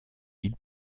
ils